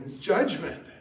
judgment